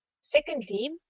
Secondly